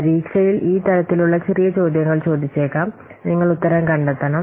പരീക്ഷയിൽ ഈ തരത്തിലുള്ള ചില ചെറിയ ചോദ്യങ്ങൾ ചോദിച്ചേക്കാം നിങ്ങൾ ഉത്തരം കണ്ടെത്തണം